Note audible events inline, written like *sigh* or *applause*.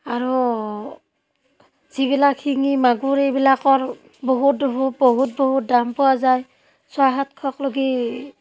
আৰু যিবিলাক শিঙি মাগুৰ এইবিলাকৰ বহুত *unintelligible* বহুত বহুত দাম পোৱা যায় ছয় সাতশক লগি